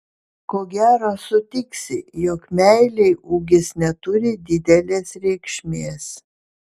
ko gero sutiksi jog meilei ūgis neturi didelės reikšmės